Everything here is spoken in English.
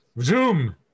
Zoom